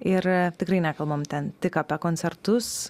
ir tikrai nekalbam ten tik apie koncertus